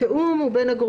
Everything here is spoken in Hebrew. ויוציאו נוהל אחד משותף,